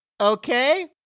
okay